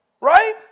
Right